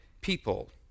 people